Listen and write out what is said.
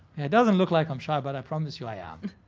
it doesn't look like i'm shy, but i promise you i am.